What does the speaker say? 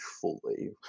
fully